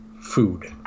food